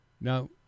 Now